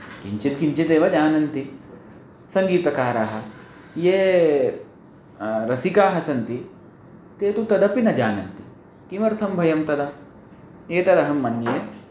किञ्चित् किञ्चिदेव जानन्ति सङ्गीतकारः ये रसिकाः सन्ति ते तु तदपि न जानन्ति किमर्थं भयं तदा एतदहं मन्ये